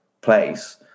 place